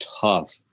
tough